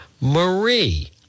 Marie